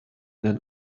than